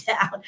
down